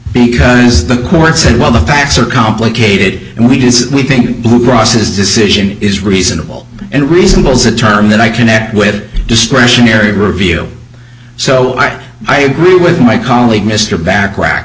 because the court said well the facts are complicated and we didn't think blue cross is decision is reasonable and resembles a term that i connect wit discretionary review so i agree with my colleague mr bacharac